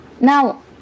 Now